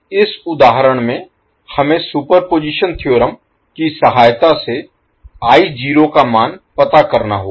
अब इस उदाहरण में हमें सुपरपोज़िशन थ्योरम की सहायता से का मान पता करना होगा